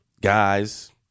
guys